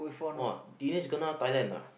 !wah! Denis kena Thailand ah